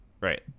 Right